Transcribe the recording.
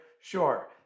Sure